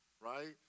right